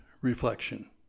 reflection